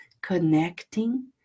connecting